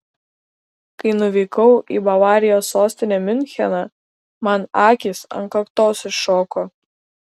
kai nuvykau į bavarijos sostinę miuncheną man akys ant kaktos iššoko